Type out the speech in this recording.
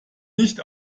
nicht